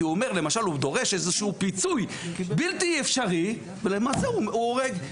כי הוא למשל דורש איזה שהוא פיצוי בלתי אפשרי ולמעשה הוא הורג.